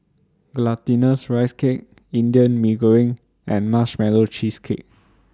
Glutinous Rice Cake Indian Mee Goreng and Marshmallow Cheesecake